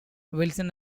wilson